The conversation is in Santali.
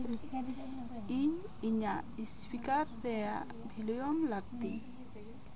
ᱤᱧ ᱤᱧᱟᱹᱜ ᱤᱥᱯᱤᱠᱟᱨ ᱨᱮᱭᱟᱜ ᱵᱷᱚᱞᱮᱭᱚᱢ ᱞᱟ ᱠᱛᱤ